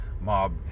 mob